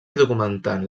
documentant